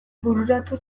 bururatu